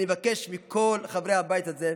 אני מבקש מכל חברי הבית הזה: